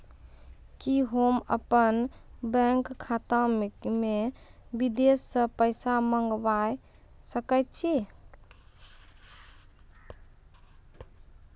कि होम अपन बैंक खाता मे विदेश से पैसा मंगाय सकै छी?